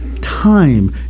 time